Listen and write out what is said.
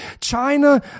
China